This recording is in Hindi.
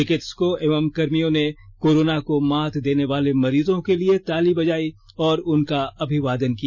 चिकित्सकों एवं कर्मियों ने कोरोना को मात देने वाले मरीजों के लिए ताली बजायी और उनका अभिवादन किया